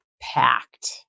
packed